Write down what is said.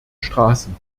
straßen